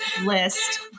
list